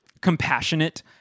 compassionate